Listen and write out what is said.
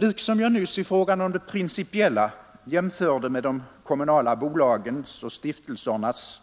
Liksom jag nyss i fråga om det principiella jämförde med de kommunala bolagens och stiftelsernas